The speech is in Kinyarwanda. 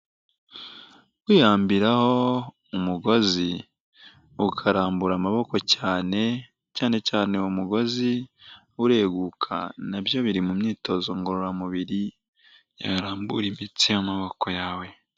Kwihambiraho umugozi ukarambura amaboko cyane, cyane cyane umugozi ureguka nabyo biri mu myitozo ngororamubiri yarambura imitsi y'amaboko yawe.